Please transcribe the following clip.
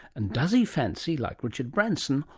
and does he fancy, like richard branson,